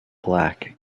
black